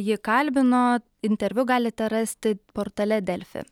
ji kalbino interviu galite rasti portale delfi